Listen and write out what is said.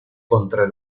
contra